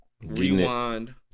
Rewind